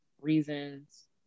reasons